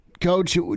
Coach